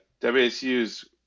WSU's